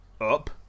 up